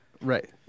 right